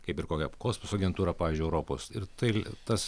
kaip ir kokia kosmoso agentūra pavyzdžiui europos ir tai tas